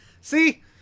See